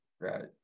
right